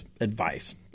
advice